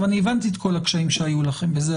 אני הבנתי את כל הקשיים שהיו לכם בזה,